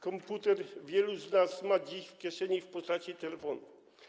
Komputer wielu z nas ma dziś w kieszeni w postaci telefonu.